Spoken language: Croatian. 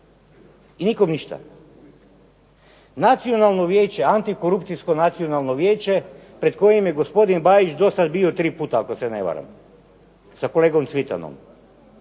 i nikom ništa. Nacionalno vijeće, Antikorupcijsko nacionalno vijeće pred kojim je gospodin Bajić dosad bio tri puta ako se ne varam, sa kolegom Cvitanom.